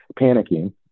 panicking